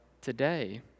today